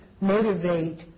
motivate